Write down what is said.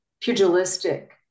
pugilistic